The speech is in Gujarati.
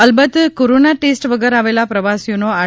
અલબત કોરોના ટેસ્ટ વગર આવેલા પ્રવાસીનો આર